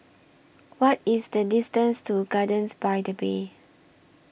What IS The distance to Gardens By The Bay